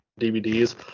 DVDs